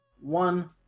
one